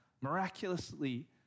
miraculously